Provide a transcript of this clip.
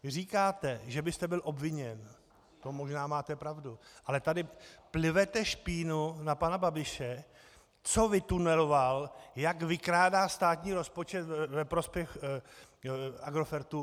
Vy říkáte, že byste byl obviněn, to možná máte pravdu, ale tady plivete špínu na pana Babiše, co vytuneloval, jak vykrádá státní rozpočet ve prospěch Agrofertu.